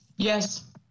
Yes